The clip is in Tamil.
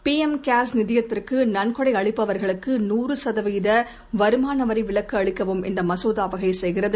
பிளம் கேர்ஸ் நிதியத்திற்குநள்கொடைஅளிப்பவர்களுக்குநாறுசதவீதவருமானவரிவிலக்குஅளிக்கவும் இந்தமசோதாவகைசெய்கிறது